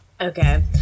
Okay